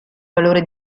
valore